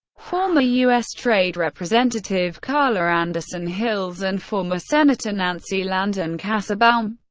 former u s. trade representative carla anderson hills, and former senator nancy landon kassebaum.